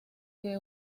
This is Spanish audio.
que